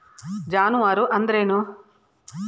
ಜಾನುವಾರು ಅಂದ್ರೇನು?